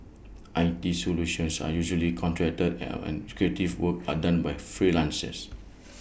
I T solutions are usually contracted and an creative work are done by freelancers